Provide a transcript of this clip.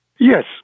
Yes